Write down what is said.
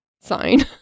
sign